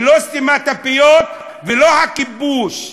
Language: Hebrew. לא סתימת הפיות ולא הכיבוש.